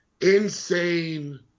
insane